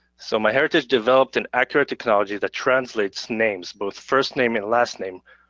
so myheritage developed an accurate technology that translates names, both first name and last name,